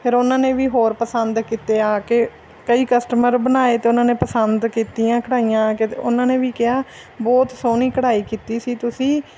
ਫਿਰ ਉਹਨਾਂ ਨੇ ਵੀ ਹੋਰ ਪਸੰਦ ਕੀਤੇ ਆ ਕੇ ਕਈ ਕਸਟਮਰ ਬਣਾਏ ਅਤੇ ਉਹਨਾਂ ਨੇ ਪਸੰਦ ਕੀਤੀਆਂ ਕਢਾਈਆਂ ਆ ਕੇ ਅਤੇ ਉਹਨਾਂ ਨੇ ਵੀ ਕਿਹਾ ਬਹੁਤ ਸੋਹਣੀ ਕਢਾਈ ਕੀਤੀ ਸੀ ਤੁਸੀਂ